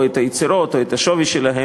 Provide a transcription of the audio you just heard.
או את היצירות או את השווי שלהן.